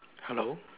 hello